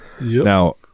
Now